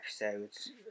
episodes